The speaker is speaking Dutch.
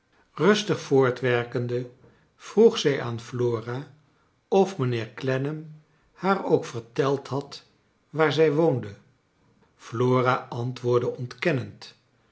rustig voortwerkende vroeg zij aan flora of mijnheer clennam haar ook verteld had waar zij woonde flora antwoordde ontkennend